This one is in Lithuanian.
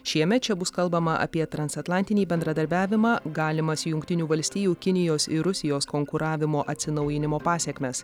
šiemet čia bus kalbama apie transatlantinį bendradarbiavimą galimas jungtinių valstijų kinijos ir rusijos konkuravimo atsinaujinimo pasekmės